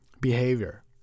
behavior